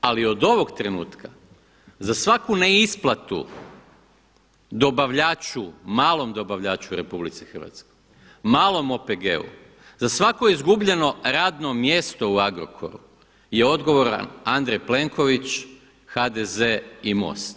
Ali od ovog trenutku za svaku neisplatu dobavljaču, malom dobavljaču u RH, malom OPG-u, za svako izgubljeno radno mjesto u Agrokoru je odgovoran Andrej Plenković, HDZ i MOST.